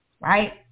right